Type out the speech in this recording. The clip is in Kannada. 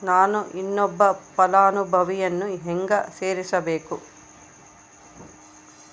ನಾನು ಇನ್ನೊಬ್ಬ ಫಲಾನುಭವಿಯನ್ನು ಹೆಂಗ ಸೇರಿಸಬೇಕು?